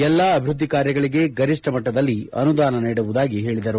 ಎಲ್ಲ ಅಭಿವೃದ್ಧಿ ಕಾರ್ಯಗಳಿಗೆ ಗರಿಷ್ಠ ಮಟ್ಟದಲ್ಲಿ ಅನುದಾನ ನೀಡುವುದಾಗಿ ಹೇಳಿದರು